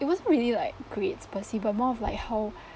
it wasn't really like grades per se more of like how